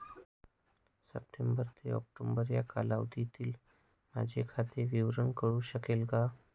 September ते October या कालावधीतील माझे खाते विवरण कळू शकेल का?